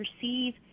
perceive